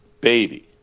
baby